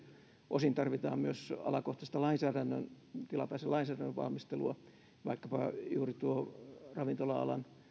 osin tarvitaan myös alakohtaista tilapäisen lainsäädännön valmistelua vaikkapa juuri nuo ravintola alan